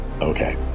Okay